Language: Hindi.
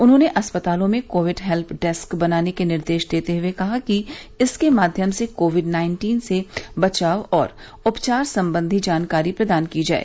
उन्होंने अस्पतालों में कोविड हेल्य डेस्क बनाने के निर्देश देते हुए कहा कि इसके माध्यम से कोविड नाइन्टीन से बचाव और उपचार संबंधी जानकारी प्रदान की जाए